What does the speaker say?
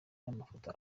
n’amafoto